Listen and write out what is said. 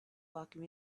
welcome